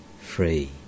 free